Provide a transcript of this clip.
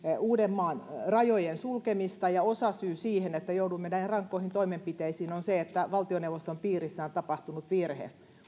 uudenmaan rajojen sulkemista ja osasyy siihen että joudumme näin rankkoihin toimenpiteisiin on se että valtioneuvoston piirissä on tapahtunut virhe